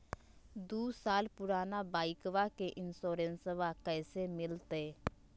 दू साल पुराना बाइकबा के इंसोरेंसबा कैसे मिलते?